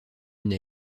une